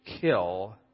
kill